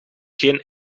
geen